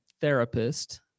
therapist